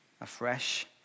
afresh